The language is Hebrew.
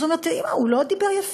אז הוא אמר: תראי, אימא, הוא לא דיבר יפה.